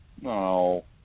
No